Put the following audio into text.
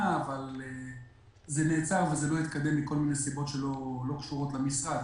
אבל זה נעצר ולא התקדם מכל מיני סיבות שלא קשורות למשרד,